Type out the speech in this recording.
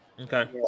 Okay